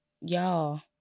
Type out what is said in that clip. y'all